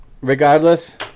regardless